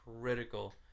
critical